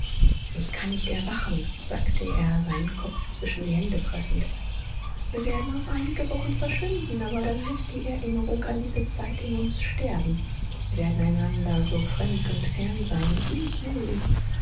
ich kann nicht erwachen sagte er seinen kopf zwischen die hände pressend wir werden auf einige wochen verschwinden aber dann muß die erinnerung an diese zeit in uns sterben wir werden einander so fremd und fern sein wie je